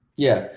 yeah,